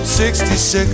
66